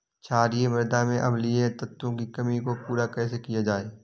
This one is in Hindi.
क्षारीए मृदा में अम्लीय तत्वों की कमी को पूरा कैसे किया जाए?